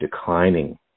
declining